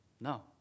No